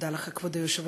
תודה לך, כבוד היושב-ראש.